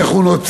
איך הוא נוצר,